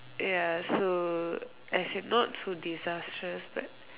ya so I say not so disastrous but